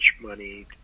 money –